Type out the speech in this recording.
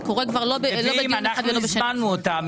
זה קורה- -- הזמנו אותם.